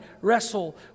wrestle